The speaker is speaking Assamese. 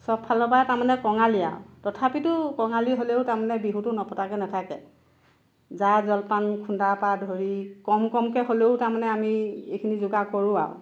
চব ফালৰ পৰা তাৰমানে কঙালি আৰু তথাপিতো কঙালি হ'লেও তাৰমানে বিহুটো নপতাকে নেথাকে জা জলপান খুন্দাৰ পা ধৰি কম কমকে হ'লেও তাৰমানে আমি এইখিনি যোগাৰ কৰোঁ আৰু